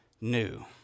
new